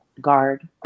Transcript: guard